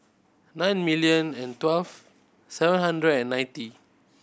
nine million and twelve seven hundred and ninety